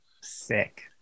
sick